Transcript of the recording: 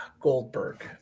Goldberg